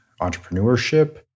entrepreneurship